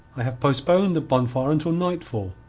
i have postponed the bonfire until nightfall.